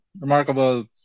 remarkable